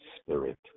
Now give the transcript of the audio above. spirit